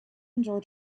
enjoy